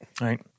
Right